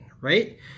right